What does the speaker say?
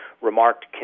remarked